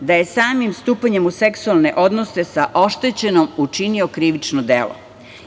da je samim stupanjem u seksualne odnose sa oštećenom učinio krivično delo